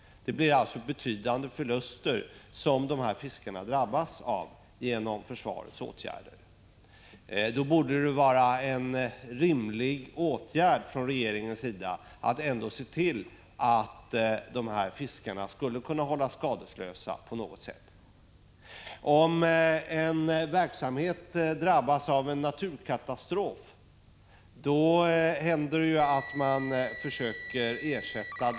De här fiskarna kommer alltså att drabbas av betydande förluster till följd av försvarets åtgärder. Regeringen borde därför rimligen se till att dessa fiskare på något sätt kan hållas skadeslösa. Om en verksamhet drabbas av en naturkatastrof, försöker man ju ge de drabbade ersättning.